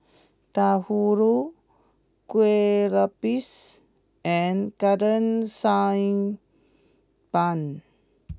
Bahulu Kuih Lopes and Golden Sand Bun